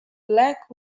black